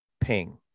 ping